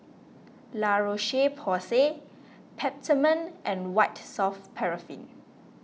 La Roche Porsay Peptamen and White Soft Paraffin